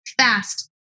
fast